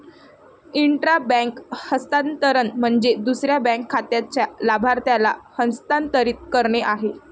intra bank हस्तांतरण म्हणजे दुसऱ्या बँक खात्याच्या लाभार्थ्याला हस्तांतरित करणे आहे